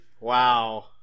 Wow